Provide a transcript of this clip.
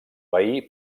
veí